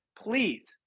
Please